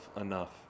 enough